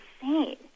insane